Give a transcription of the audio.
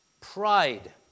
Pride